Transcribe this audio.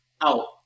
out